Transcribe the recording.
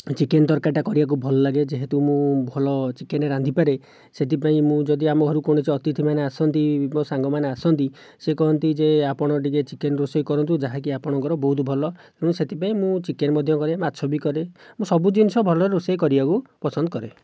chicken ତରକାରୀଟା କରିବାକୁ ଭଲ ଲାଗେ ଯେହେତୁ ମୁଁ ଭଲ ଚିକେନ ରାନ୍ଧିପାରେ ସେଥିପାଇଁ ମୁଁ ଯଦି ଆମ ଘରକୁ କୌଣସି ଅତିଥିମାନେ ଆସନ୍ତି ମୋ' ସାଙ୍ଗମାନେ ଆସନ୍ତି ସେ କୁହନ୍ତି ଯେ ଆପଣ ଟିକେ ଚିକେନ ରୋଷେଇ କରନ୍ତୁ ଯାହାକି ଆପଣଙ୍କର ବହୁତ ଭଲ ତେଣୁ ସେଥିପାଇଁ ମୁଁ ଚିକେନ ମଧ୍ୟ କରେ ମାଛ ବି କରେ ମୁଁ ସବୁ ଜିନିଷ ଭଲରେ ରୋଷେଇ କରିବାକୁ ପସନ୍ଦ କରେ